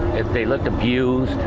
if they look abused.